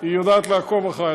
היא יודעת לעקוב אחרי.